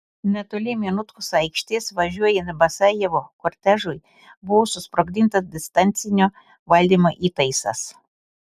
netoli minutkos aikštės važiuojant basajevo kortežui buvo susprogdintas distancinio valdymo įtaisas